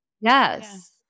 Yes